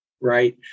right